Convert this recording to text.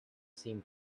seem